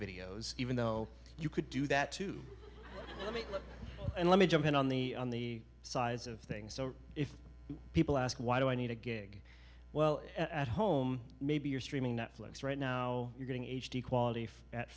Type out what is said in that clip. videos even though you could do that to me and let me jump in on the on the size of things so if people ask why do i need a gig well at home maybe you're streaming netflix right now you're getting h d quality at